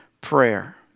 prayer